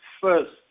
first